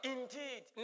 Indeed